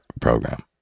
program